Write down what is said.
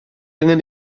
angen